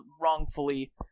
wrongfully